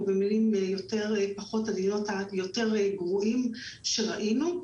או במילים פחות עדינות: היותר גרועים שראינו.